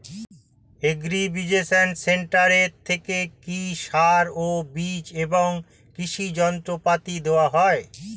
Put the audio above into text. Agri business centre থেকে কি সার ও বিজ এবং কৃষি যন্ত্র পাতি দেওয়া হয়?